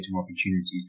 opportunities